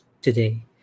today